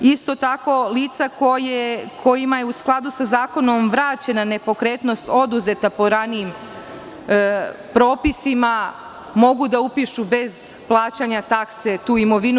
Isto tako, lica kojima je u skladu sa zakonom vraćena nepokretnost oduzeta po ranijim propisima, mogu da upišu bez plaćanja takse tu imovinu.